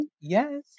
yes